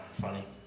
Funny